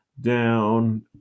down